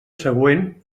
següent